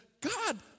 God